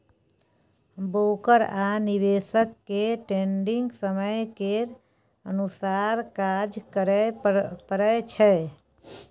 broker आ निवेशक केँ ट्रेडिग समय केर अनुसार काज करय परय छै